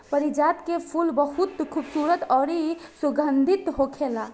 पारिजात के फूल बहुत खुबसूरत अउरी सुगंधित होखेला